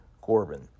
Corbin